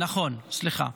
אום בטין, נכון, סליחה.